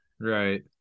Right